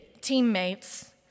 teammates